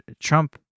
Trump